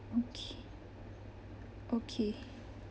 okay okay